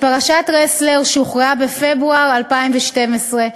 בפרשת רסלר, שהוכרעה בפברואר 2012,